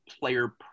player